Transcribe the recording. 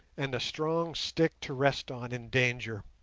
and a strong stick to rest on in danger